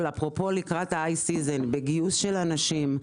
- אפרופו לקראת העונה החמה בגיוס של אנשים,